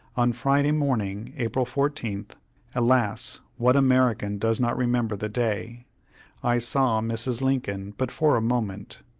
on friday morning, april fourteenth alas! what american does not remember the day i saw mrs. lincoln but for a moment.